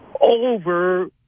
over